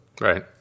Right